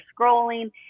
scrolling